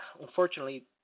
unfortunately